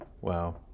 Wow